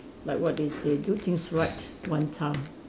like what they say do things right one time